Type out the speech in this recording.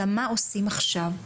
אלא מה עושים עכשיו.